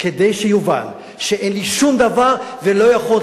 כדי שיובן שאין לי שום דבר ולא יכול להיות